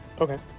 Okay